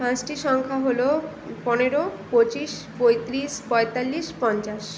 পাঁচটি সংখ্যা হলো পনেরো পঁচিশ পঁয়ত্রিশ পঁয়তাল্লিশ পঞ্চাশ